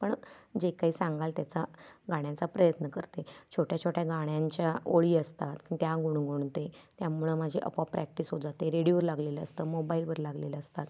पण जे काही सांगाल त्याचा गाण्याचा प्रयत्न करते छोट्या छोट्या गाण्यांच्या ओळी असतात त्या गुणगुणते त्यामुळं माझी आपोआप प्रॅक्टिस होत जाते रेडिओवर लागलेलं असतं मोबाइलवर लागलेल्या असतात